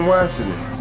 Washington